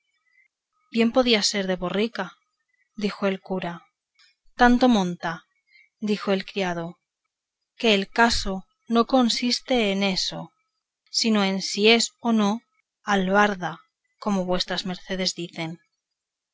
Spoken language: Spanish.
bien podría ser de borrica dijo el cura tanto monta dijo el criado que el caso no consiste en eso sino en si es o no es albarda como vuestras mercedes dicen